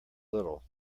little